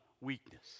weakness